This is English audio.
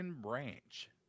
Branch